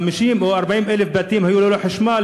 50,000 או 40,000 בתים או היו ללא חשמל,